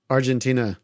Argentina